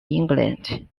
england